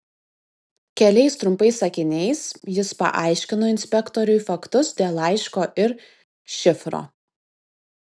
keliais trumpais sakiniais jis paaiškino inspektoriui faktus dėl laiško ir šifro